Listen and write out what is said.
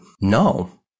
no